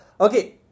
Okay